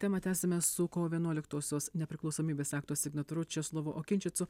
temą tęsiame su kovo vienuoliktosios nepriklausomybės akto signataru česlavu okinčicu